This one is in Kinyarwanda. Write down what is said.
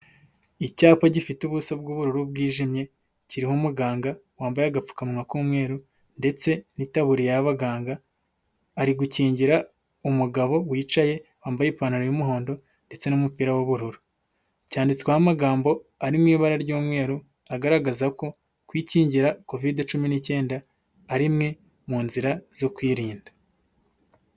Icyapa gifite ubusa bw'ubururu bwijimye, kiriho umuganga wambaye agapfukawa k'umweru ndetse n'itaburiya y'abaganga ari gukingira umugabo wicaye wambaye ipantaro y'umuhondo ndetse n'umupira w'ubururu, cyanditsweho amagambo ari mu ibara ry'umweru agaragaza ko kwikingira kovide cumi n'icyenda ari imwe mu nzira zo kwirinda.